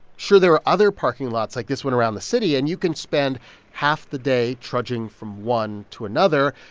sure, there are other parking lots like this one around the city, and you can spend half the day trudging from one to another,